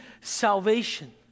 salvation